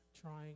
trying